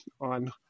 on